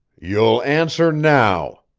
you'll answer now,